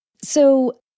So-